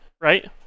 right